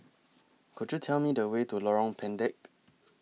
Could YOU Tell Me The Way to Lorong Pendek